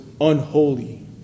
unholy